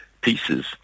pieces